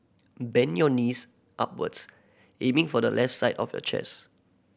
bend your knees upwards aiming for the left side of your chest